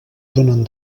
donen